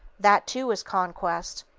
that too is conquest.